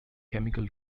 chemical